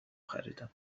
خریدم